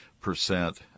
percent